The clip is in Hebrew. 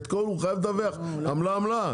הוא חייב לדווח עמלה עמלה.